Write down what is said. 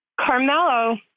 Carmelo